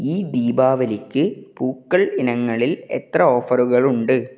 ഈ ദീപാവലിക്ക് പൂക്കൾ ഇനങ്ങളിൽ എത്ര ഓഫറുകളുണ്ട്